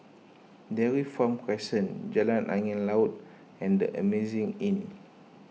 Dairy Farm Crescent Jalan Angin Laut and the Amazing Inn